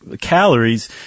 calories